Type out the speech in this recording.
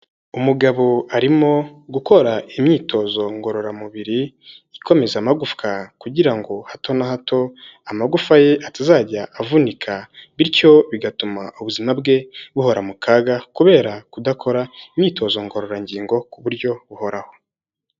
Umugabo arimo gukora imyitozo ngororamubiri, ikomeza amagufwa kugira ngo hato na hato amagufa ye atazajya avunika, bityo bigatuma ubuzima bwe buhora mu kaga kubera kudakora imyitozo ngororangingo ku buryo buhoraho.